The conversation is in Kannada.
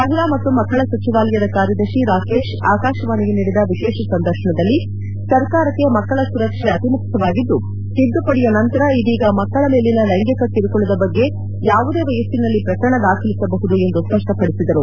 ಮಹಿಳಾ ಮತ್ತು ಮಕ್ಕಳ ಸಚಿವಾಲಯದ ಕಾರ್ಯದರ್ಶಿ ರಾಕೇಶ್ ಆಕಾಶವಾಣಿಗೆ ನೀಡಿದ ವಿಶೇಷ ಸಂದರ್ಶನದಲ್ಲಿ ಸರ್ಕಾರಕ್ಕೆ ಮಕ್ಕಳ ಸುರಕ್ಷೆ ಅತಿ ಮುಖ್ಯವಾಗಿದ್ದು ತಿದ್ದುಪಡಿಯ ನಂತರ ಇದೀಗ ಮಕ್ಕಳ ಮೇಲಿನ ಲೈಂಗಿಕ ಕಿರುಕುಳದ ಬಗ್ಗೆ ಯಾವುದೇ ವಯಸ್ಪಿನಲ್ಲಿ ಪ್ರಕರಣ ದಾಖಲಿಸಬಹುದು ಎಂದು ಸ್ಪಷ್ನಪದಿಸಿದರು